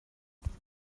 parcio